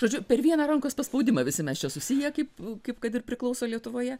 žodžiu per vieną rankos paspaudimą visi mes čia susiję kaip kaip kad ir priklauso lietuvoje